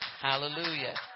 Hallelujah